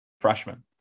freshman